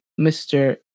Mr